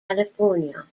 california